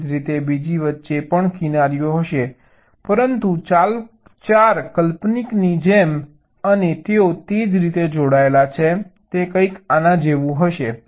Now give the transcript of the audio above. એવી જ રીતે બીજી વચ્ચે પણ કિનારીઓ હશે પરંતુ 4 કાલ્પનિકની જેમ અને તેઓ જે રીતે જોડાયેલા છે તે કંઈક આના જેવું હશે